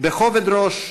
בכובד ראש,